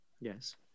Yes